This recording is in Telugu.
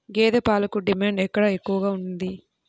గేదె పాలకు డిమాండ్ ఎక్కడ ఎక్కువగా ఉంది?